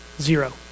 Zero